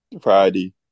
Friday